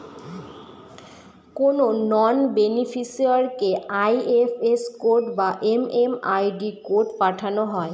কোনো নন বেনিফিসিরইকে IFS code বা এম.এম.আই.ডি কোড পাঠানো হয়